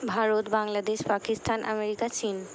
Bharat Bangladesh Pakistan America চীন